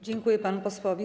Dziękuję panu posłowi.